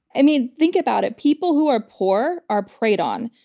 i mean, think about it, people who are poor are preyed on.